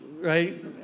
right